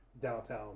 downtown